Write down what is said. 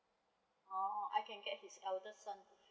orh I can get his eldest son